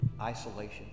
isolation